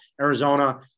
Arizona –